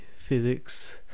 physics